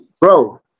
Bro